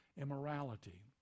immorality